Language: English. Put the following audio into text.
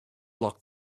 locked